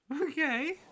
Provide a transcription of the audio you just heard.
Okay